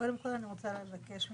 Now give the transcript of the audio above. קודם כל אני רוצה לבקש ממך,